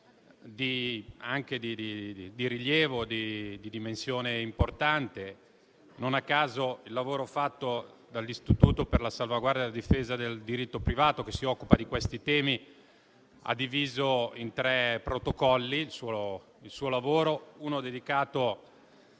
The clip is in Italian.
mobili anche di dimensione importante. Non a caso, il lavoro fatto dall'istituto per la salvaguardia e la difesa del diritto privato che si occupa di questi temi ha diviso in tre protocolli il suo lavoro: uno dedicato